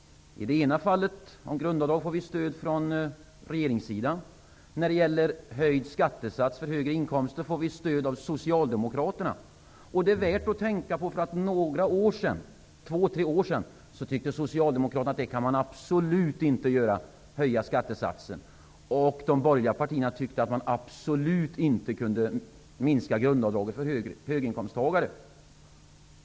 I det ena fallet, när det gäller grundavdrag, får vi stöd från regeringssidan. När det gäller höjd skattesats för högre inkomster får vi stöd av Socialdemokraterna. Det är värt att tänka på. För två tre år sedan tyckte Socialdemokraterna att man absolut inte kunde höja skattesatsen. De borgerliga partierna tyckte att man absolut inte kunde minska grundavdraget för höginkomsttagare.